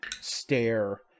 stare